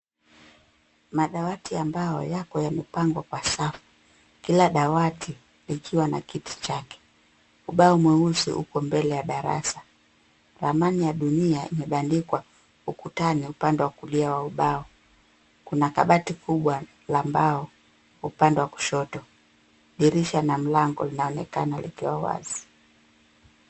Madawati ambayo yako yamepangwa kwa safu. Kila dawati likiwa na kiti chake. Ubao mweusi uko mbele ya darasa. Ramani ya dunia imebandikwa ukutani upande wa kulia wa ubao. Kuna kabati kubwa la mbao kwa upande wakushoto. Dirisha na mlango linaonekana likiwa wazi.